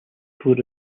before